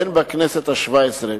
הן בכנסת השבע-עשרה